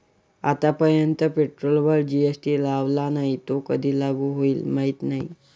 आतापर्यंत पेट्रोलवर जी.एस.टी लावला नाही, तो कधी लागू होईल माहीत नाही